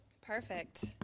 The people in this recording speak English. Perfect